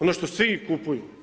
Ono što svi kupuju.